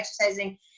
exercising